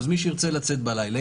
אז מי שירצה לצאת בלילה,